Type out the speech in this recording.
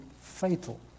fatal